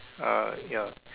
ah ya